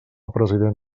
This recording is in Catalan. president